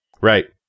Right